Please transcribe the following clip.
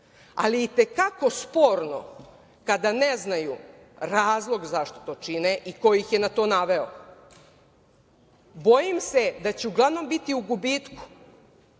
je i te kako sporno kada ne znaju razlog zašto to čine i ko ih je na to naveo. Bojim se da će uglavnom biti na gubitku,